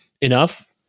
enough